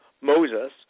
Moses